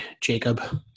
Jacob